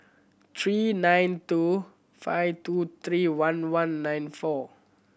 three nine two five two three one one nine four